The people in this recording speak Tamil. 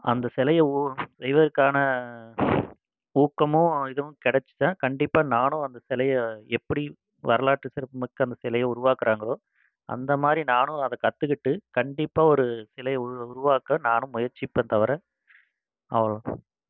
அந்த சிலைய உ செய்வதற்கான ஊக்கமும் இதுவும் கிடச்சிச்சின்னா கண்டிப்பாக நானும் அந்த சிலைய எப்படி வரலாற்று சிறப்பு மிக்க அந்த சிலைய உருவாக்கறாங்களோ அந்த மாதிரி நானும் அதை கற்றுக்கிட்டு கண்டிப்பாக ஒரு சிலைய உருவாக்க நானும் முயற்சிப்பேன் தவிர அவ்ளோ தான்